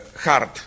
hard